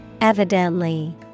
Evidently